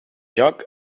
joc